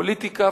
פוליטיקה,